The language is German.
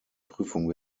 prüfung